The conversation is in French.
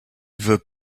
veux